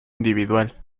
individual